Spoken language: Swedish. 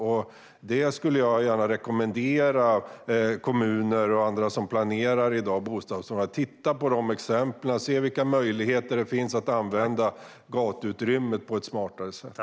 Jag skulle gärna rekommendera kommuner och andra som planerar bostadsområden i dag att titta på dessa exempel och se vilka möjligheter som finns att använda gatuutrymmet på ett smartare sätt.